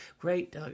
great